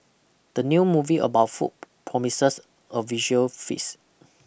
the new movie about food promises a visual feast